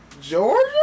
Georgia